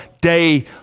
day